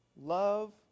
Love